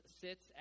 sits